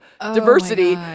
diversity